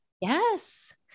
Yes